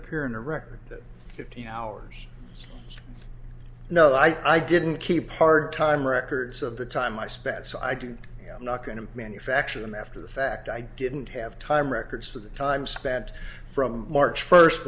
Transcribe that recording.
appear in a record that fifty hours no i didn't keep part time records of the time i spent so i do not going to manufacture them after the fact i didn't have time records for the time spent from march first